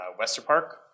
Westerpark